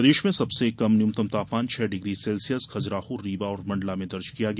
प्रदेश में सबसे कम न्यूनतम तापमान छह डिग्री सेल्सियस खजुराहो रीवा और मण्डला में दर्ज किया गया